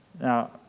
Now